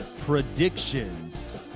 Predictions